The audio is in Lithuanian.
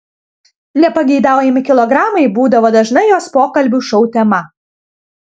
nepageidaujami kilogramai būdavo dažna jos pokalbių šou tema